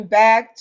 back